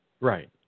right